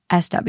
SW